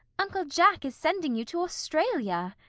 uncle jack is sending you to australia.